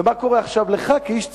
ומה קורה עכשיו לך, כאיש ציבור?